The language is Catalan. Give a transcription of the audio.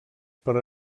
per